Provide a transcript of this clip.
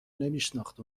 نمیشناخت